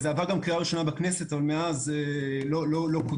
זה עבר גם קריאה ראשונה בכנסת אבל מאז לא קודם.